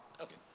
Okay